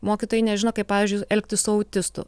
mokytojai nežino kaip pavyzdžiui elgtis su autistu